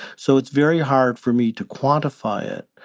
so it's very hard for me to quantify it.